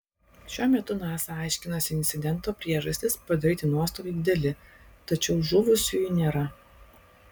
šiuo metu nasa aiškinasi incidento priežastis padaryti nuostoliai dideli tačiau žuvusiųjų nėra